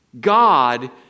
God